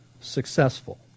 successful